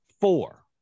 Four